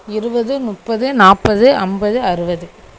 இருபது முப்பது நாற்பது ஐம்பது அறுபது